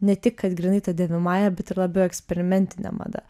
ne tik kad grynai ta dėvimąja bet ir labiau eksperimentine mada